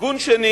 הארגון השני